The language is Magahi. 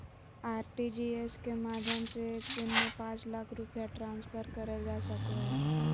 आर.टी.जी.एस के माध्यम से एक दिन में पांच लाख रुपया ट्रांसफर करल जा सको हय